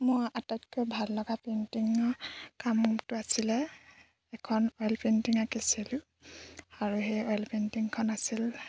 মোৰ আটাইতকৈ ভাল লগা পেইণ্টিঙৰ কামটো আছিলে এখন অইল পেইণ্টিং আঁকিছিলো আৰু সেই অইল পেইণ্টিংখন আছিল